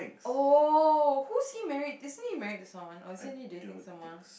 oh who's he married isn't he married to someone or isn't he dating someone